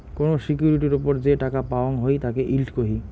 কোন সিকিউরিটির ওপর যে টাকা পাওয়াঙ হই তাকে ইল্ড কহি